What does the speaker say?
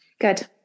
Good